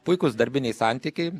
puikūs darbiniai santykiai